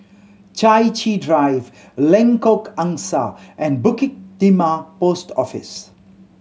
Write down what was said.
Chai Chee Drive Lengkok Angsa and Bukit Timah Post Office